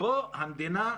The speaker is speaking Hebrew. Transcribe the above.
פה המדינה,